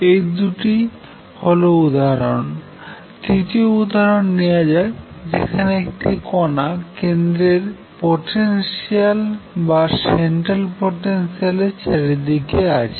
এটি দুটি হল উদাহরন তৃতীয় উদাহরন নেওয়া যাক যেখানে একটি কনা কেন্দ্রের পটেনশিয়াল এর চারদিকে যাচ্ছে